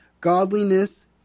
godliness